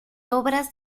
obras